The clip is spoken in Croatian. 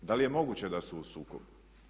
Da li je moguće da su u sukobu?